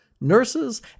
nurses